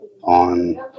on